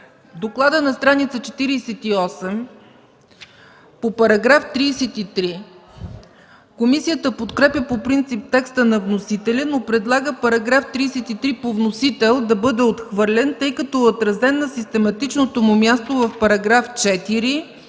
доклада на стр. 48 по § 33 – комисията подкрепя по принцип текста на вносителя, но предлага § 33 по вносител да бъде отхвърлен, тъй като е отразен на систематичното му място в § 4